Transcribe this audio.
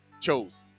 chose